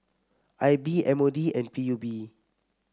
I B M O D and P U B